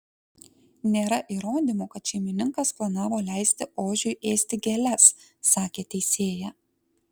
nėra įrodymų kad šeimininkas planavo leisti ožiui ėsti gėles sakė teisėja